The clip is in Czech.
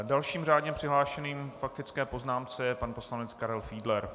Dalším řádně přihlášeným k faktické poznámce je pan poslanec Karel Fiedler.